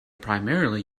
primarily